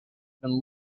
been